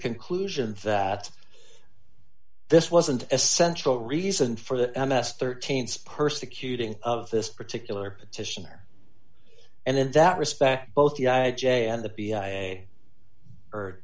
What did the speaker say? conclusion that this wasn't a central reason for the m s thirteen's persecuting of this particular petitioner and in that respect both the i j a and the